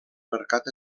mercat